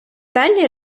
далі